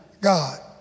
God